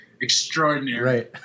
extraordinary